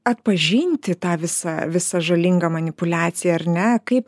atpažinti tą visą visą žalingą manipuliaciją ar ne kaip